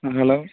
hello